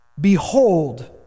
behold